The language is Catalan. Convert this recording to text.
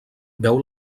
veu